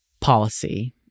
policy